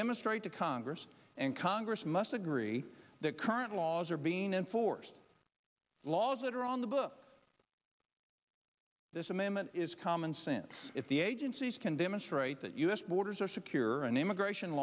demonstrate to congress and congress must agree that current laws are being enforced laws that are on the books this amendment is common sense if the agencies can demonstrate that u s borders are secure and immigration